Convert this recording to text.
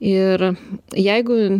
ir jeigu